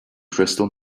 crystal